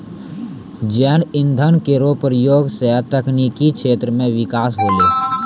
जैव इंधन केरो प्रयोग सँ तकनीकी क्षेत्र म बिकास होलै